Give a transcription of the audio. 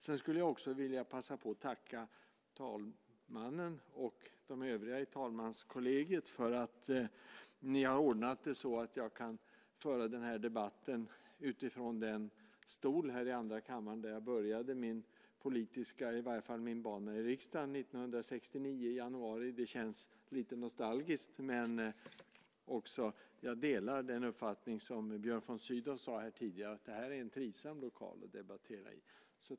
Jag skulle också vilja passa på att tacka talmannen och de övriga i talmanskollegiet för att de har ordnat det så att jag kan föra den här debatten utifrån den stol här i andrakammarsalen där jag började min bana i riksdagen i januari 1969. Det känns lite nostalgiskt. Jag delar den uppfattning som Björn von Sydow uttryckte tidigare, att det här är en trivsam lokal att debattera i.